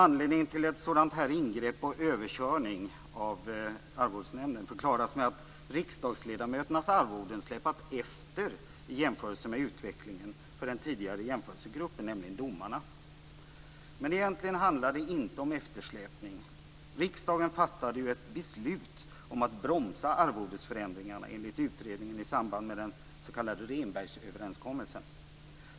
Anledningen till ett sådant här ingrepp och överkörningen av Arvodesnämnden förklaras med att riksdagsledamöternas arvoden släpat efter i jämförelse med utvecklingen för den tidigare jämförelsegruppen, nämligen domarna. Men egentligen handlar det inte om eftersläpning. Riksdagen fattade ju ett beslut om att bromsa arvodesförändringarna enligt utredningen i samband med den s.k. Rehnbergsöverenskommelsen.